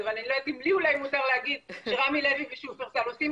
אבל לי אולי מותר להגיד שרמי לוי ושופרסל עושים